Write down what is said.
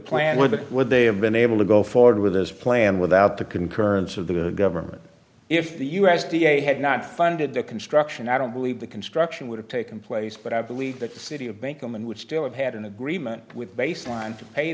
plan with what they have been able to go forward with his plan without the concurrence of the government if the u s d a had not funded the construction i don't believe the construction would have taken place but i believe that the city of banco men would still have had an agreement with baseline to pay